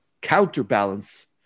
counterbalance